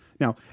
Now